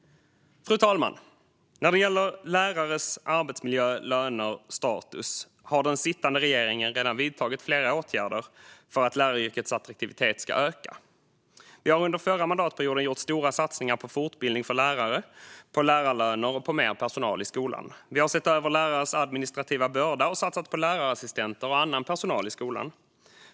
Fru talman! När det gäller lärares arbetsmiljö, löner och status har den sittande regeringen redan vidtagit flera åtgärder för att läraryrkets attraktivitet ska öka. Vi har under förra mandatperioden gjort stora satsningar på fortbildning för lärare, på lärarlöner och på mer personal i skolan. Vi har sett över lärares administrativa börda och satsat på lärarassistenter och annan personal i skolan.